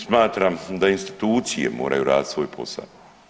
Smatram da institucije moraju raditi svoj postao.